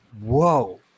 whoa